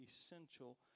essential